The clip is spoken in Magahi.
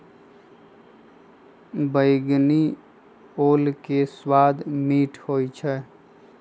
बइगनी ओल के सवाद मीठ होइ छइ